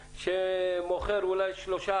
שמוכר אולי שלושה,